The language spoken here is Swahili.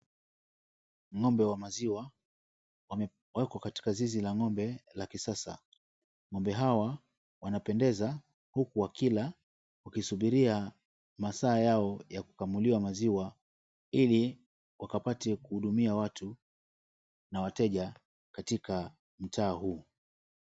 Ng'ombe wa maziwa wamewekwa katika zizi la ng'ombe la kisasa. Ng'ombe hawa wanapendeza huku wakila huku wakisubiria masaa yao ya kukamuliwa maziwa ili wakapate kuhudumia watu na wateja katika mtaa huu.